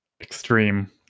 Extreme